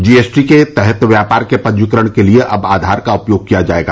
जी S T के तहत व्यापार के पंजीकरण के लिए अब आधार का उपयोग किया जाएगा